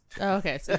Okay